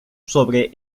sobre